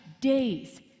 days